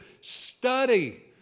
Study